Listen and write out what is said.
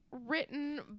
written